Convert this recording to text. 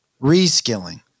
reskilling